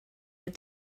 had